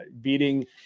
beating